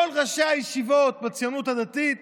כל ראשי הישיבות בציונות הדתית